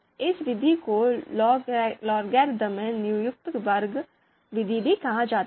इस विधि को लॉगरिदमिक न्यूनतम वर्ग विधि भी कहा जाता है